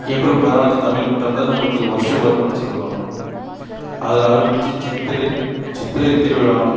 April பதினாலாந்தேதி தமிழ் புத்தாண்டு தான் நம்மளுக்கு வருட பிறப்புனு சொல்வாங்க அதில் ஆரம்பித்து சித்திரை சித்திரை திருவிழா